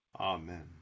Amen